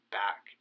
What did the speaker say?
back